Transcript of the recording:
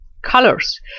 Colors